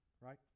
right